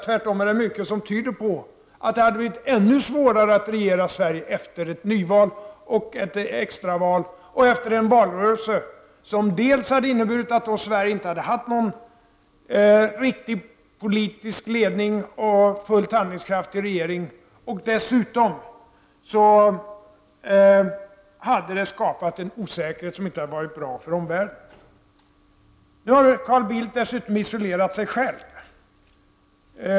Tvärtom är det mycket som tyder på att det hade blivit ännu svårare att regera Sverige efter ett extra val, efter en valrörelse som hade inneburit att Sverige inte hade haft någon riktig politisk ledning och fullt handlingskraftig regering och som dessutom hade skapat en osäkerhet inför omvärlden som inte hade varit bra. Nu har Carl Bildt dessutom isolerat sig själv.